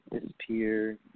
disappear